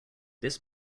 this